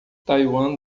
taiwan